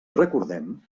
recordem